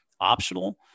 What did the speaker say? optional